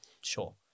Sure